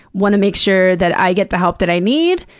wanna make sure that i get the help that i need,